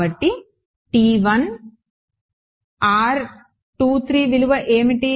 కాబట్టి విలువ ఏమిటి